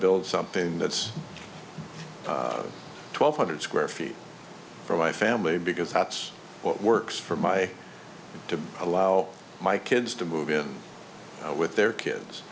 build something that's twelve hundred square feet for my family because that's what works for my to allow my kids to move in with their kids